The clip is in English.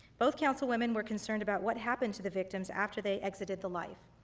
both council women were concerned about what happened to the victims after they exited the life,